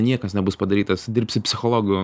niekas nebus padaryta dirbsi psichologu